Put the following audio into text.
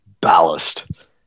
ballast